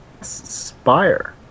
Spire